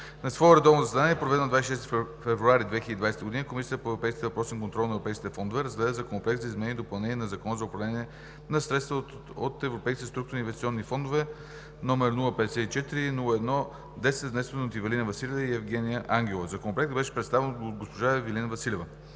На свое редовно заседание, проведено на 26 февруари 2020 г., Комисията по европейските въпроси и контрол на европейските фондове разгледа Законопроект за изменение и допълнение на Закона за управление на средствата от Европейските структурни и инвестиционни фондове, № 054-01-10, внесен от народните представители Ивелина Василева и Евгения Ангелова. Законопроектът беше представен от госпожа Ивелина Василева.